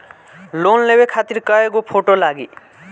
Loan लेवे खातिर कै गो फोटो लागी?